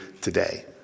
today